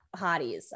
hotties